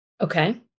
Okay